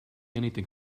anything